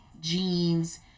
jeans